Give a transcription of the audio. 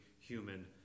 human